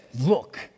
Look